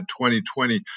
2020